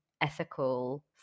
ethical